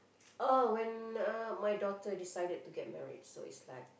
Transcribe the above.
oh when uh my daughter decided to get married so it's like